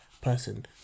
person